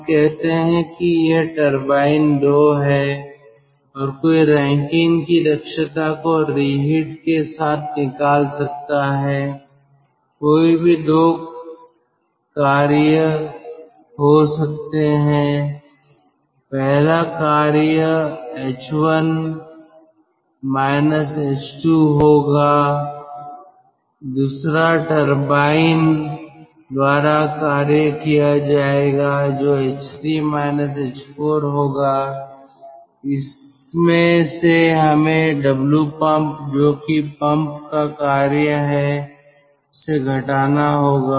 हम कहते हैं कि यह टरबाइन 2 है और कोई रैंकिन की दक्षता को रीहिट के साथ निकाल सकता है कोई भी दो कार्य सकता है पहला कार्य h1 h2 होगा दूसरा टरबाइन द्वारा कार्य किया जाएगा जो h3 h4 होगा इसमें से हमें Wpump जोकि पंप का कार्य है उसे घटाना होगा